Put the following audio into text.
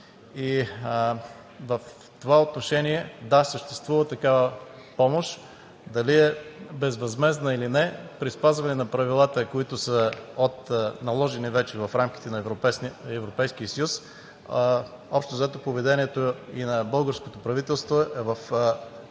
В това отношение – да, съществува такава помощ. Дали е безвъзмездна или не, при спазване на правилата, които вече са наложени в рамките на Европейския съюз, общо взето поведението и на българското правителство е в тази